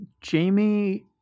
Jamie